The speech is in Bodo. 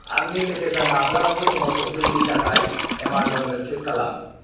आंनि पेकेजा माब्लाबाबो समाव सौफैयिनि थाखाय एमाजननो टुइट खालाम